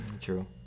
True